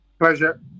pleasure